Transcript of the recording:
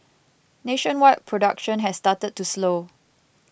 nationwide production has started to slow